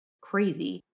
crazy